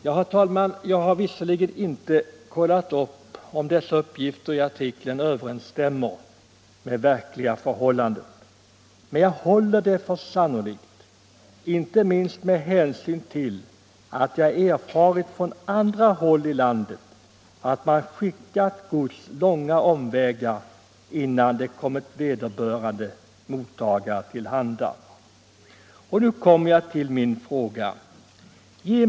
Jag har visserligen inte kollat om uppgifterna i artikeln överensstämmer med verkliga förhållandet, men jag håller det för sannolikt, inte minst med hänsyn till att jag erfarit från andra håll i landet att man skickat gods långa omvägar innan det kommit vederbörande mottagare till handa. Och nu kommer jag till min fråga.